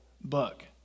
book